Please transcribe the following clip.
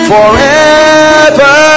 Forever